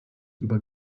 über